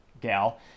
gal